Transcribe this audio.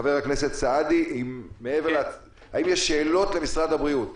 חבר הכנסת סעדי, האם יש שאלות למשרד הבריאות?